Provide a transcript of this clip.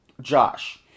josh